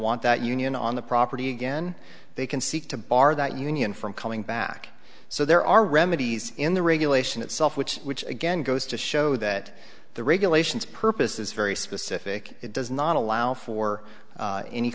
want that union on the property again they can seek to bar that union from coming back so there are remedies in the regulation itself which which again goes to show that the regulations purpose is very specific it does not allow for